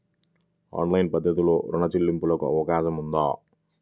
Online పద్ధతిలో రుణ చెల్లింపునకు అవకాశం ఉందా?